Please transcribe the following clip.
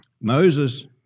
Moses